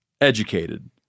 educated